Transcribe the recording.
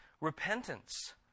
repentance